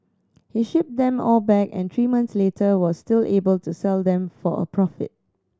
he shipped them all back and three months later was still able to sell them for a profit